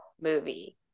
movie